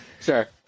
Sure